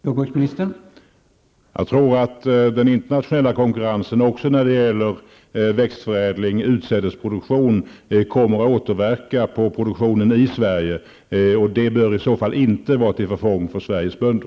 Herr talman! Jag tror att den internationella konkurrensen också när det gäller växtförädling och utsädesproduktion kommer att återverka på produktionen i Sverige, och det bör i så fall inte vara till förfång för Sveriges bönder.